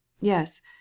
Yes